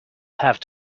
have